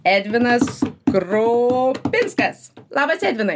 edvinas kropickas labas edvinai